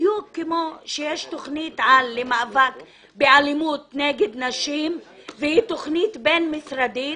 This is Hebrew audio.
בדיוק כמו שיש תוכנית על למאבק באלימות נגד נשים והיא תוכנית בין-משרדית